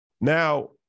now